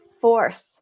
force